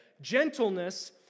gentleness